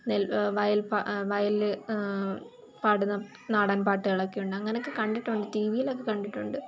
നെൽ വയൽ വയൽ പാടുന്ന നാടൻപാട്ടുകളൊക്കെ ഉണ്ട് അങ്ങനെയൊക്കെ കണ്ടിട്ടുണ്ട് ടി വിയിലൊക്കെ കണ്ടിട്ടുണ്ട്